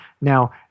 Now